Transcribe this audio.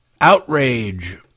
outrage